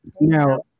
Now